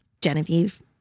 Genevieve